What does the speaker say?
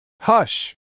Hush